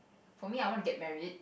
for me I want to get married